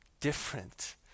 different